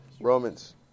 Romans